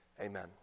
Amen